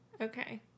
Okay